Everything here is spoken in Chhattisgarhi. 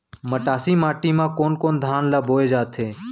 मटासी माटी मा कोन कोन धान ला बोये जाथे?